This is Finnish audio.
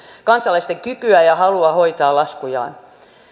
kansalaisten kykyä ja halua hoitaa laskujaan